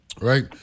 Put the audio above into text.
right